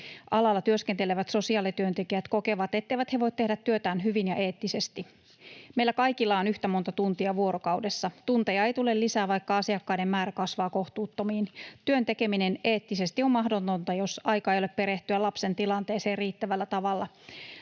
Alalla työskentelevät sosiaalityöntekijät kokevat, etteivät he voi tehdä työtään hyvin ja eettisesti. Meillä kaikilla on yhtä monta tuntia vuorokaudessa. Tunteja ei tule lisää, vaikka asiakkaiden määrä kasvaa kohtuuttomiin. Työn tekeminen eettisesti on mahdotonta, jos aikaa ei ole perehtyä lapsen tilanteeseen riittävällä tavalla.